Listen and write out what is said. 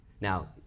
Now